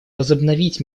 возобновить